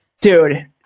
Dude